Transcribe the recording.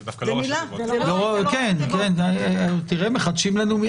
תראה, מחדשים לנו.